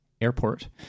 Airport